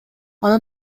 аны